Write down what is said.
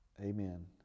amen